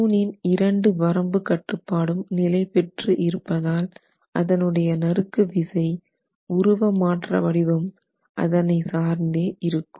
தூணின் இரண்டு வரம்பு கட்டுப்பாடும் நிலைபெற்று இருப்பதால் அதனுடைய நறுக்கு விசை உருவ மாற்ற வடிவம் அதனை சார்ந்தே இருக்கும்